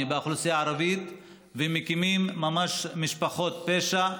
באוכלוסייה הערבית ומקימים ממש משפחות פשע,